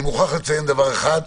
אני חייב לציין דבר אחד,